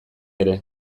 ere